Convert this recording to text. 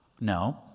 No